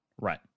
Right